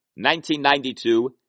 1992